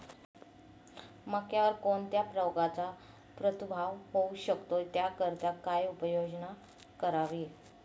मक्यावर कोणत्या रोगाचा प्रादुर्भाव होऊ शकतो? त्याकरिता काय उपाययोजना करावी?